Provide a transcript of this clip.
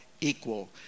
equal